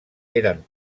eren